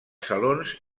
salons